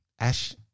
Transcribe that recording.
ash